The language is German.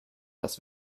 das